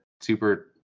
Super